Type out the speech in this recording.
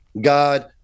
God